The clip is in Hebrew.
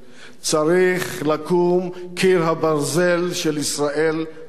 צריך לקום קיר הברזל של ישראל השפויה,